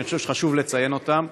שאני חושב שכן חשוב לציין אותם,